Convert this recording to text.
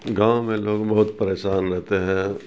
گاؤں میں لوگ بہت پریشان رہتے ہیں